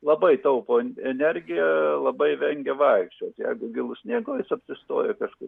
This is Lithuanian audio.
labai taupo energiją labai vengia vaikščioti jeigu gilu sniego jis apsistojo kažkur